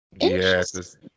Yes